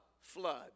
flood